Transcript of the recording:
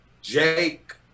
Jake